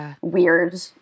weird